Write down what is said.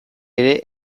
ere